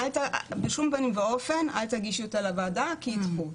ושבשום פנים ואופן לא נגיש אותה לוועדה כי ידחו אותה.